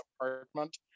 apartment